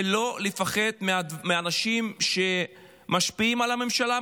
ולא לפחד מאנשים שמשפיעים על הממשלה,